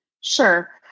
Sure